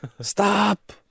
Stop